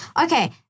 Okay